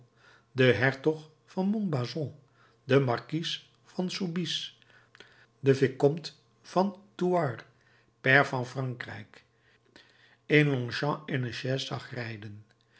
den hertog van monbazon den markies van soubise den vicomte van thouars pair van frankrijk in longchamps in een chais zag rijden